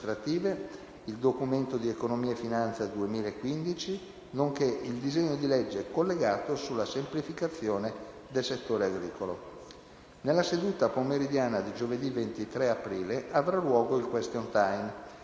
il Documento di economia e finanza 2015, nonché il disegno di legge collegato sulla semplificazione del settore agricolo. Nella seduta pomeridiana di giovedì 23 aprile avrà luogo il *question time*.